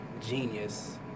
genius